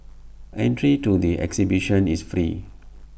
entry to the exhibition is free